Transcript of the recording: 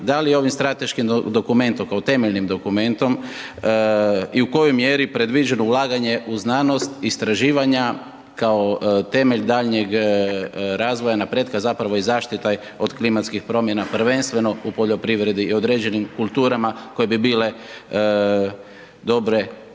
da li ovim strateškim dokumentom kao temeljnim dokumentom i u kojoj mjeri je predviđeno ulaganje u znanost istraživanja kao temelj daljnjeg razvoja napretka zapravo i zaštite od klimatskih promjena, prvenstveno u poljoprivredi i određenim kulturama koje bi bile dobre, dakle